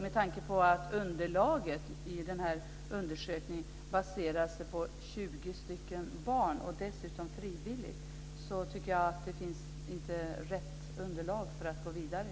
Med tanke på att undersökningen baserar sig på 20 barn som dessutom deltagit frivilligt tycker jag att det inte finns rätt underlag för att gå vidare.